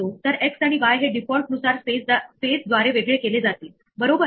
चला तर आपण एक ठराविक उदाहरण बघूया